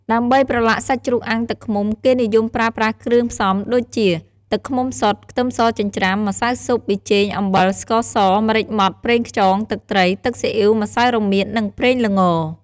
ដើម្បីប្រឡាក់សាច់ជ្រូកអាំងទឹកឃ្មុំ គេនិយមប្រើប្រាស់គ្រឿងផ្សំដូចជា ទឹកឃ្មុំសុទ្ធ ខ្ទឹមសចិញ្ច្រាំ ម្សៅស៊ុប ប៊ីចេង អំបិល ស្ករស ម្រេចម៉ដ្ឋ ប្រេងខ្យង ទឹកត្រី ទឹកស៊ីអ៉ីវ ម្សៅរមៀត និងប្រេងល្ង។